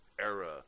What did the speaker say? era